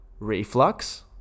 reflux